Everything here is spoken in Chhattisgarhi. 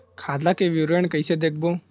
खाता के विवरण कइसे देखबो?